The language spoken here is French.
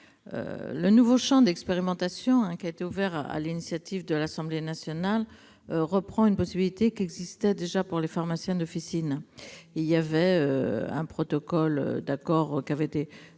Le nouveau champ d'expérimentation ouvert sur l'initiative de l'Assemblée nationale reprend une possibilité qui existe déjà pour les pharmaciens d'officine. Un protocole de coopération avait été